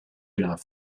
enough